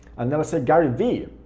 and then i said gary v,